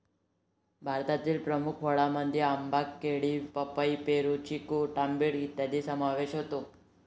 भारतातील प्रमुख फळांमध्ये आंबा, केळी, पपई, पेरू, चिकू डाळिंब इत्यादींचा समावेश होतो